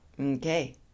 Okay